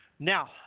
Now